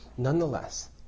Nonetheless